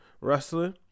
Wrestling